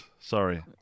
Sorry